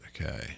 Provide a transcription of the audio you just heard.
Okay